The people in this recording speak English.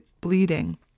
bleeding